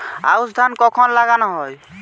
আউশ ধান কখন লাগানো হয়?